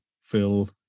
Phil